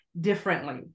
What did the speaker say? differently